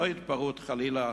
לא התפרעות חלילה